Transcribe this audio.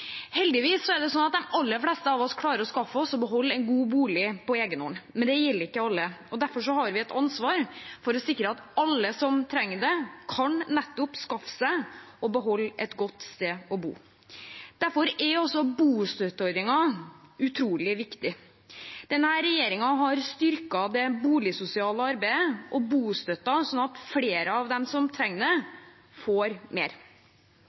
Heldigvis er det sånn at de aller fleste av oss klarer å skaffe oss og beholde en god bolig på egen hånd, men det gjelder ikke alle. Derfor har vi et ansvar for å sikre at alle som trenger det, nettopp kan skaffe seg og beholde et godt sted å bo. Derfor er også bostøtteordningen utrolig viktig. Denne regjeringen har styrket det boligsosiale arbeidet og bostøtten, sånn at flere av dem som trenger det, får mer.